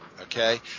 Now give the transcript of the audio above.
okay